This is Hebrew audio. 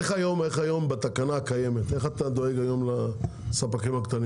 היום בתקנה הקיימת, איך אתה דואג לספקים הקטנים?